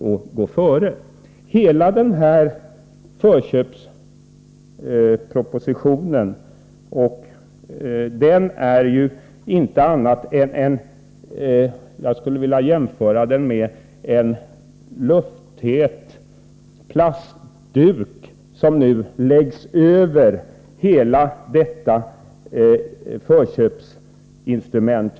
Jag skulle vilja jämföra den här förköpspropositionen med en lufttät plastduk som nu läggs över hela förköpsinstrumentet.